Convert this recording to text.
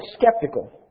skeptical